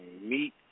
Meat